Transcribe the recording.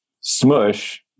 smush